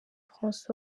francois